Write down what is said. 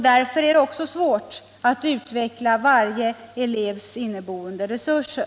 Därför är det också svårt att utveckla varje elevs inneboende resurser.